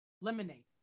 lemonade